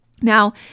Now